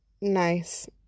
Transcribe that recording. nice